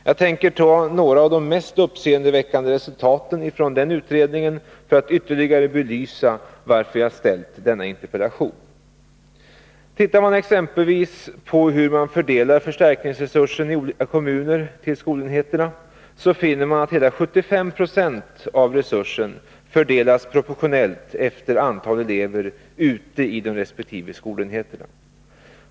Jag tänker ta några av de mest uppseendeväckande resultaten ifrån den utredningen för att ytterligare belysa varför jag framställt denna interpellation. Ser man exempelvis på hur förstärkningsresursen i olika kommuner fördelas till skolenheterna, finner man att hela 75 96 av förstärkningsresursen fördelas proportionellt efter antalet elever ute i de resp. skolenheterna.